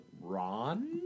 Ron